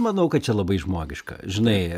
manau kad čia labai žmogiška žinai